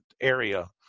area